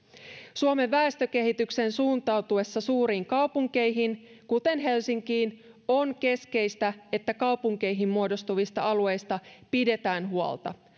suomen väestökehityksen suuntautuessa suuriin kaupunkeihin kuten helsinkiin on keskeistä että kaupunkeihin muodostuvista alueista pidetään huolta